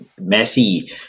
Messi